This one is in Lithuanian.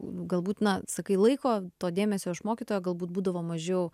galbūt na sakai laiko to dėmesio iš mokytojo galbūt būdavo mažiau